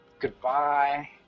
goodbye